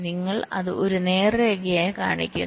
നിങ്ങൾ അത് ഒരു നേർരേഖയായി കാണിക്കുന്നു